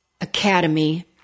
Academy